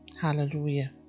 Hallelujah